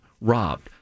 robbed